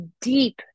deep